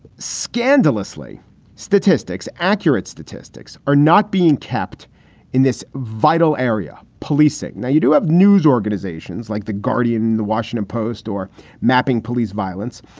scandalously statistics, accurate statistics are not being kept in this vital area policing. now, you do have news organizations like the guardian and the washington post or mapping police violence,